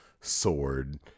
sword